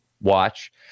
watch